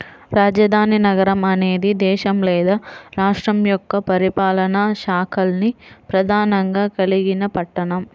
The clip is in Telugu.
రాజధాని నగరం అనేది దేశం లేదా రాష్ట్రం యొక్క పరిపాలనా శాఖల్ని ప్రధానంగా కలిగిన పట్టణం